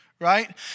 Right